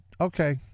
okay